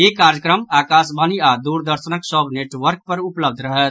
ई कार्यक्रम आकाशवाणी आओर दुरदर्शनक सभ नेटवर्क पर उपलब्ध रहत